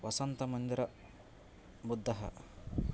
वसन्तमन्दिरबुद्धः